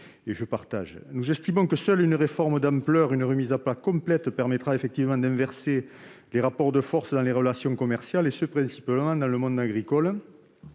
Nous estimons que seules une réforme d'ampleur et une remise à plat complète permettront d'inverser les rapports de force dans les relations commerciales, principalement en ce qui concerne